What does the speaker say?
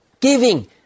Giving